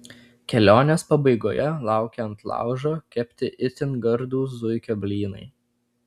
kelionės pabaigoje laukia ant laužo kepti itin gardūs zuikio blynai